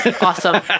Awesome